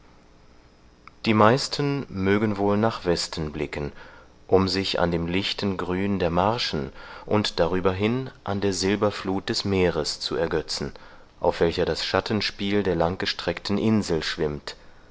die meisten mögen wohl nach westen blicken um sich an dem lichten grün der marschen und darüberhin an der silberflut des meeres zu ergötzen auf welcher das schattenspiel der langgestreckten insel schwimmt